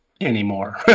anymore